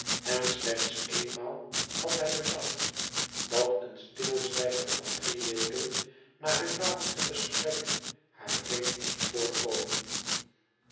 en slechts éenmaal had hij bedacht dat een stilzwijgen van drie weken na hun laatste gesprek haar vreemd moest voorkomen